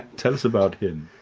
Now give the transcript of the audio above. tell us about him.